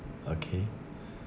okay